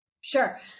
sure